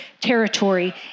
territory